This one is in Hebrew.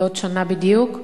בעוד שנה בדיוק,